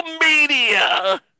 media